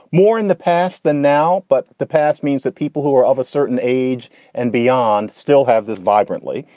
more in the past than now. but the past means that people who are of a certain age and beyond still have this vibrantly.